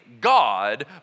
God